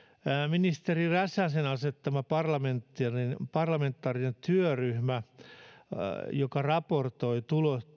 ministeri räsäsen asettama parlamentaarinen työryhmä raportoi